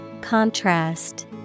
Contrast